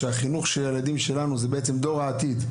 שהחינוך של הילדים שלנו זה בעצם דור העתיד,